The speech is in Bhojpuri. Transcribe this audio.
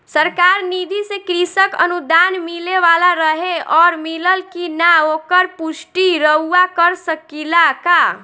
सरकार निधि से कृषक अनुदान मिले वाला रहे और मिलल कि ना ओकर पुष्टि रउवा कर सकी ला का?